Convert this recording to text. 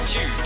Two